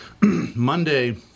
Monday